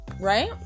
right